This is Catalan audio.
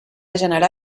generar